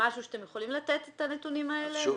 אתם יכולים לתת את הנתונים האלה?